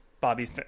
Bobby